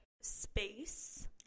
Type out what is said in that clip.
space